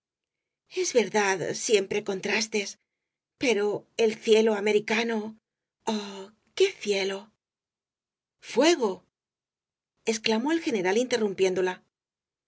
es verdad siempre contrastes pero el cielo americano oh qué cielo fuego exclamó el general interrumpiéndola